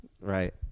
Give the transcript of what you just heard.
Right